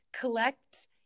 collect